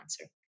answer